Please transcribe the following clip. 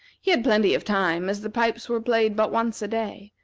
he had plenty of time, as the pipes were played but once a day,